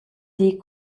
dir